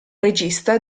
regista